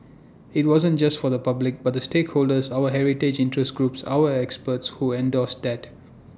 IT wasn't just for the public but the stakeholders our heritage interest groups our experts who endorsed that